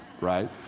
right